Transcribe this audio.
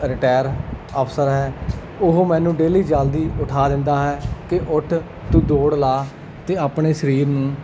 retire ਆਫਸਰ ਹੈ ਉਹ ਮੈਨੂੰ ਡੇਲੀ ਜਲਦੀ ਉਠਾ ਦਿੰਦਾ ਹੈ ਕਿ ਉੱਠ ਤੂੰ ਦੌੜ ਲਾ ਅਤੇ ਆਪਣੇ ਸਰੀਰ ਨੂੰ